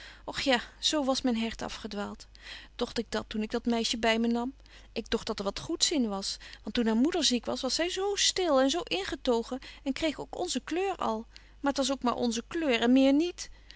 och ja zo van myn hert afgedwaalt dogt ik dat toen ik dat meisje by me nam ik dogt dat er wat goeds in was want toen haar moeder ziek was was zy zo stil en zo ingetogen en kreeg ook onze kleur al maar t was ook maar onze kleur en meer niet